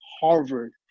Harvard